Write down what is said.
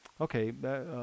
Okay